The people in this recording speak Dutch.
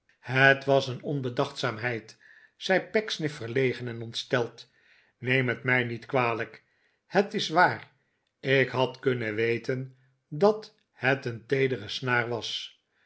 het was een onbedachtzaamheid zei pecksniff verlegen en ontsteld neem het mij niet kwalijkl het is waar ik had kunne weten dat het een teedere snaar was